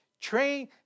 train